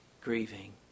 grieving